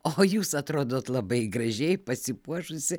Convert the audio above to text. o jūs atrodot labai gražiai pasipuošusi